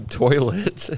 toilet